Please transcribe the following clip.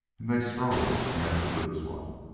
and they strove never to lose one.